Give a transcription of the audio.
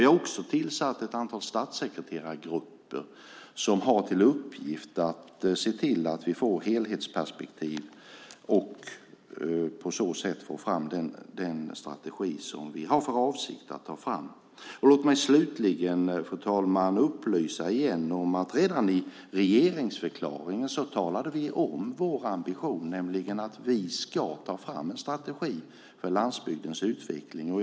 Vi har också tillsatt ett antal statssekreterargrupper som har i uppgift att se till att vi får ett helhetsperspektiv för att på så sätt få fram den strategi som vi har för avsikt att ta fram. Låt mig slutligen, fru talman, återigen få upplysa om att vi redan i regeringsförklaringen talade om vår ambition, nämligen att vi ska ta fram en strategi för landsbygdens utveckling.